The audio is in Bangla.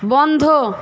বন্ধ